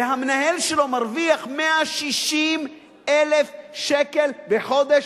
והמנהל שלו מרוויח 160,000 שקל בחודש,